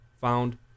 found